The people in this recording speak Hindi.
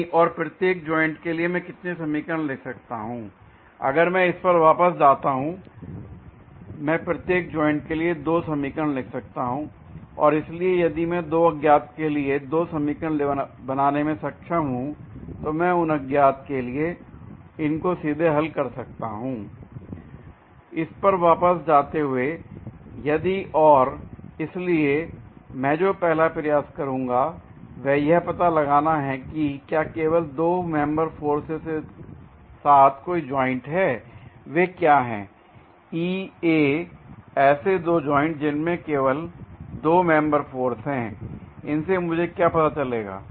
नहीं और प्रत्येक जॉइंट के लिए मैं कितनी समीकरण लिख सकता हूं l अगर मैं इस पर वापस आता हूं मैं प्रत्येक जॉइंट के लिए 2 समीकरण लिख सकता हूं और इसलिए यदि मैं दो अज्ञात के लिए दो समीकरण बनाने में सक्षम हूं तो मैं उन अज्ञात के लिए इनको सीधे हल कर सकता हूं l इस पर वापस जाते हुए यदि और इसलिए मैं जो पहला प्रयास करूंगा वह यह पता लगाना है कि क्या केवल 2 मेंबर फोर्सेज के साथ कोई जॉइंट है l वे क्या हैं E A ऐसे दो जॉइंटस जिनमें केवल दो मेंबर फोर्स हैं l इनसे मुझे क्या पता चलेगा